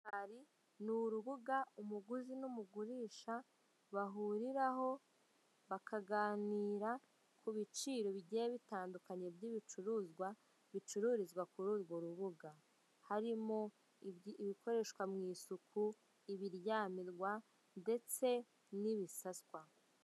Murukari ni urubuga umuguzi n'umugurisha bahuriraho bakaganira ku ibiciro bigiye bitandukanye by'ibicuruzwa bicururizwa kuri urwo rubuga harimo ibikoreshwa mu isuku, ibiryamirwa, ndetse n'ibisaswa.